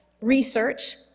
Research